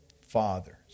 fathers